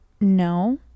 no